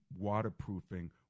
waterproofing